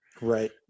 right